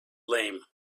lame